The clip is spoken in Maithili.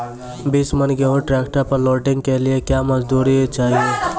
बीस मन गेहूँ ट्रैक्टर पर लोडिंग के लिए क्या मजदूर चाहिए?